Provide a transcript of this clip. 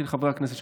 לחברי הכנסת,